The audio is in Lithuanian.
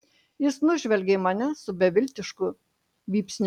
jis nužvelgė mane su beviltišku vypsniu